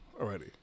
already